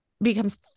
becomes